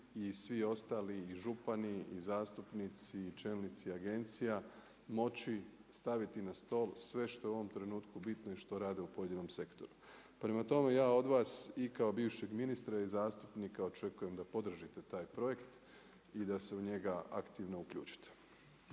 i svi ostali i župani i zastupnici i čelnici agencija moći staviti na stol sve što je u ovom trenutku bitno i što rade u pojedinom sektoru. Prema tome, ja od vas i kao bivšeg ministra i zastupnika očekujem da podržite taj projekt i da se u njega aktivno uključite.